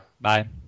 Bye